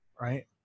Right